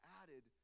added